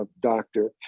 doctor